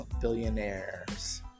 billionaires